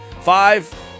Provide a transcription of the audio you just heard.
Five